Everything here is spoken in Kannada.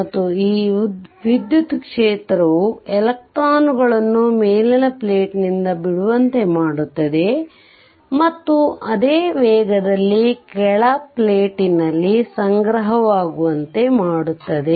ಮತ್ತು ಈ ವಿದ್ಯುತ್ ಕ್ಷೇತ್ರವು ಎಲೆಕ್ಟ್ರಾನ್ಗಳನ್ನು ಮೇಲಿನ ಪ್ಲೇಟ್ ನಿಂದ ಬಿಡುವಂತೆ ಮಾಡುತ್ತದೆ ಮತ್ತು ಅದೇ ವೇಗದಲ್ಲಿ ಕೆಳ ಪ್ಲೇಟ್ ನಲ್ಲಿ ಸಂಗ್ರಹವಾಗುವಂತೆ ಮಾಡುತ್ತದೆ